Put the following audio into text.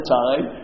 time